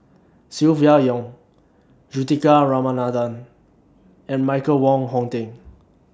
Silvia Yong Juthika Ramanathan and Michael Wong Hong Teng